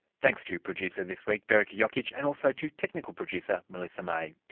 thanks to producer this week verica jokic and also to technical producer melissa may.